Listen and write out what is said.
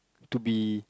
to be